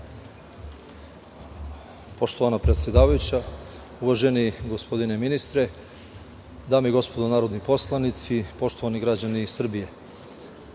Poštovana predsedavajuća, uvaženi gospodineministre, dame i gospodo narodni poslanici, poštovani građani Srbije,